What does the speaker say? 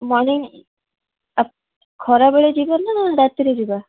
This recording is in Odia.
ମର୍ଣ୍ଣିଂ ଖରାବେଳେ ଯିବା ନା ରାତିରେ ଯିବା